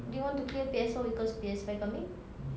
they want to clear P_S four because P_S five coming